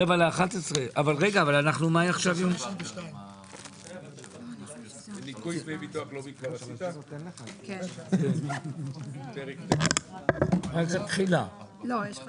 רוויזיה בשעה 22:45. ג'קי, אם אתה מחכה, הנושא